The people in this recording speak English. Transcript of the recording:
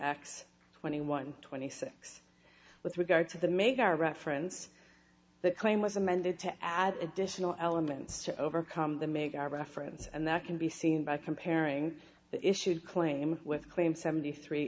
x twenty one twenty six with regard to the make our reference that claim was amended to add additional elements to overcome the make our reference and that can be seen by comparing issued claim with claim seventy three